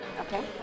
Okay